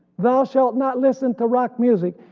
thou shalt not listen to rock music.